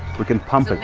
we can pump